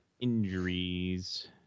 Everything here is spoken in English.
Injuries